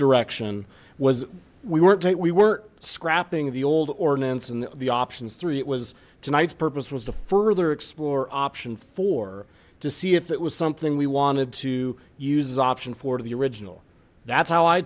direction was we weren't we were scrapping the old ordinance and the options three it was tonight's purpose was to further explore option four to see if that was something we wanted to use option for the original that's how i